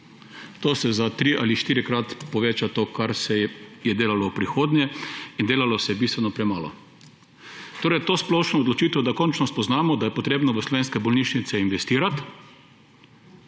tem se za tri- ali štirikrat poveča to, kar se je delalo v preteklosti; in delalo se je bistveno premalo. Ta splošna odločitev, da končno spoznamo, da je treba v slovenske bolnišnice investirati